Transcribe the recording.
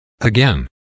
Again